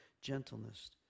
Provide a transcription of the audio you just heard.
gentleness